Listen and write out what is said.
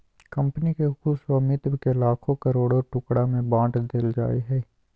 company के कुल स्वामित्व के लाखों करोड़ों टुकड़ा में बाँट देल जाय हइ